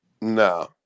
No